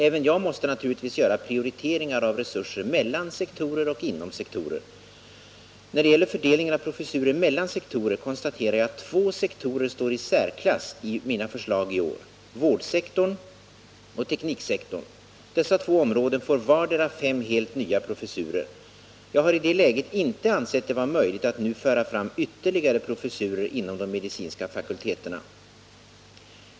Även jag måste naturligtvis göra prioriteringar av resurser, mellan sektorer och inom sektorer. När det gäller fördelningen av professurer mellan sektorer konstaterar jag att två sektorer i år står i särklass i mina förslag — vårdsektorn och tekniksektorn. Dessa två områden får vardera fem helt nya professurer. Jag har i det läget inte ansett det vara möjligt att nu föra fram ytterligare professurer inom de medicinska fakulteterna.